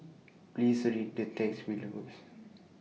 Please Tell Me